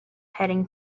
heading